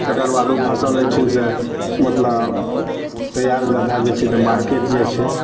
तेकरबाद ओ फसल एहिठिन सऽ मतलब तैयार उइयार भए जाइ छै तऽ मार्केट जाइ छै